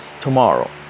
tomorrow